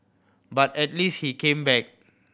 but at least he came back